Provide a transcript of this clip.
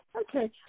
Okay